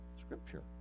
Scripture